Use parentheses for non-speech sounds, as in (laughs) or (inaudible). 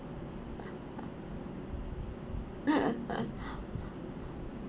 (laughs)